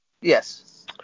Yes